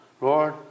Lord